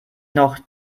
noch